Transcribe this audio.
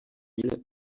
mille